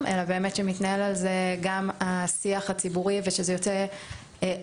אלא באמת שמתנהל על זה גם השיח הציבורי ושזה יוצא החוצה.